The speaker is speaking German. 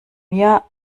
mir